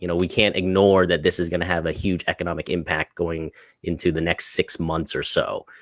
you know we can't ignore that this is gonna have a huge economic impact going into the next six months or so.